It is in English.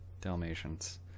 Dalmatians